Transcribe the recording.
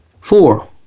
four